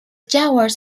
jaguars